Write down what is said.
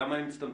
למה הן הצטמצמו?